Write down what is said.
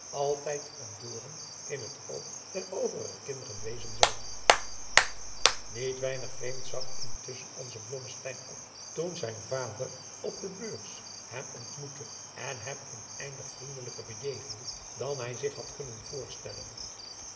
altijd een doren in het oog der overige kinderen wezen zou niet weinig vreemd zag intusschen onze blommesteyn op toen zijn vader op de beurs adriaan loosjes pzn het leven van johannes wouter blommesteyn hem ontmoette en hem oneindig vriendelijker bejegende dan hij zich had kunnen voorstellen